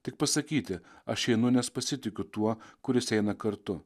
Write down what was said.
tik pasakyti aš einu nes pasitikiu tuo kuris eina kartu